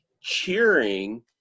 cheering